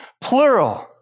Plural